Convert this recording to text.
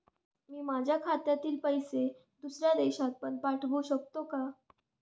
मी माझ्या खात्यातील पैसे दुसऱ्या देशात पण पाठवू शकतो का?